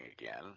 again